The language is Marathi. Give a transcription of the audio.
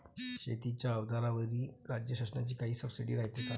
शेतीच्या अवजाराईवर राज्य शासनाची काई सबसीडी रायते का?